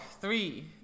three